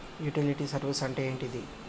Utility service అంటే ఏంటిది?